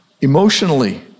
emotionally